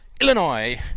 Illinois